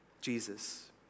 Jesus